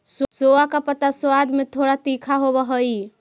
सोआ का पत्ता स्वाद में थोड़ा तीखा होवअ हई